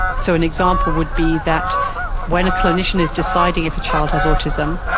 so an example would be that when a clinician is deciding if a child has autism,